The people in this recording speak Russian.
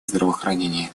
здравоохранения